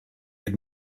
had